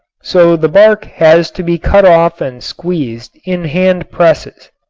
so the bark has to be cut off and squeezed in hand presses.